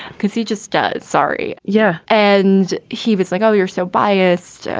cause he just does. sorry. yeah. and he was like, oh, you're so biased.